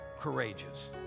Courageous